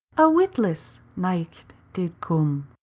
a witless knicht did come.